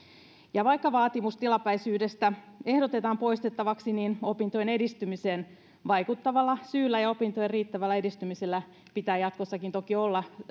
ja vaikka vaatimus tilapäisyydestä ehdotetaan poistettavaksi opintojen edistymiseen vaikuttavalla syyllä ja opintojen riittävällä edistymisellä pitää jatkossakin toki olla